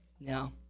No